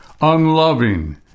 unloving